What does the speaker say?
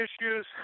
issues